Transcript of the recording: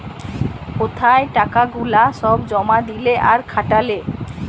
কোথায় টাকা গুলা সব জমা দিলে আর খাটালে